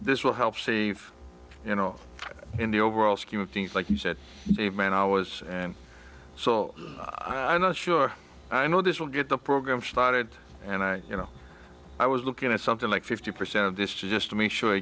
this will help see you know in the overall scheme of things like you said man i was so i'm not sure i know this will get the program started and you know i was looking at something like fifty percent of this just to make sure i